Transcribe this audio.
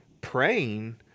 praying